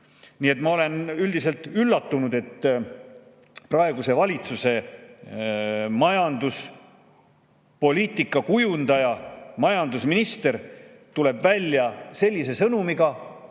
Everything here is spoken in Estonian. suund. Ma olen üldiselt üllatunud, et praeguse valitsuse majanduspoliitika kujundajast majandusminister tuleb välja sellise sõnumiga,